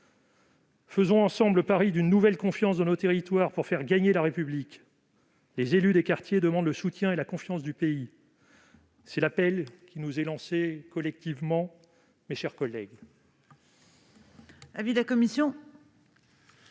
Faisons ensemble le pari d'une nouvelle confiance dans nos territoires pour faire gagner la République. Les élus des quartiers demandent le soutien et la confiance du pays. Mes chers collègues, c'est l'appel qui nous est lancé collectivement. Quel est l'avis